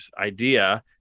idea